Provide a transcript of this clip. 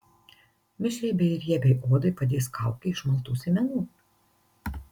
mišriai bei riebiai odai padės kaukė iš maltų sėmenų